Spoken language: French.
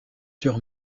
sur